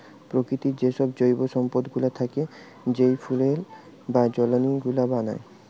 প্রকৃতির যেসব জৈব সম্পদ গুলা থেকে যই ফুয়েল বা জ্বালানি গুলা বানায়